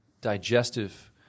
digestive